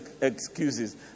excuses